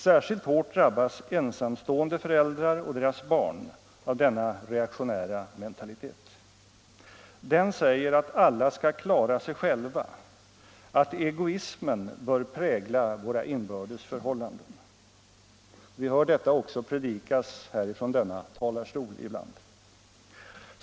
Särskilt hårt drabbas ensamstående föräldrar och deras barn av denna reaktionära mentalitet. Den säger att alla skall klara sig själva, att egoismen bör prägla våra inbördes förhållanden. Detta predikas också ibland från kammarens talarstol.